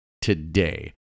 today